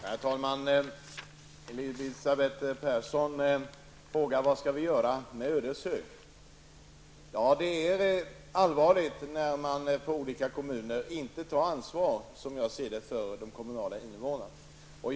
Herr talman! Elisabeth Persson frågade vad man skall göra med Ödeshög. Det är allvarligt när man i olika kommuner inte tar ansvar för kommunens invånare.